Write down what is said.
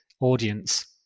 audience